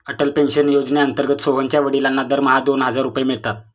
Atal pension योजनेअंतर्गत सोहनच्या वडिलांना दरमहा दोन हजार रुपये मिळतात